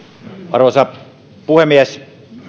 arvoisa puhemies